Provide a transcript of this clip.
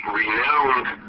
renowned